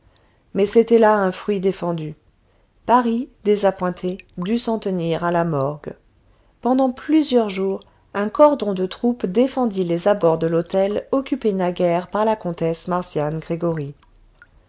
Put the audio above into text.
mais c'était là un fruit défendu paris désappointé dut s'en tenir à la morgue pendant plusieurs jours un cordon de troupes défendit les abords de l'hôtel occupé naguère par la comtesse marcian gregoryi